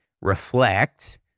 reflect